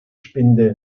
spinde